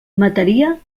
mataria